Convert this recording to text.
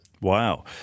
Wow